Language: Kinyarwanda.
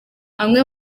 amwe